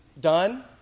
done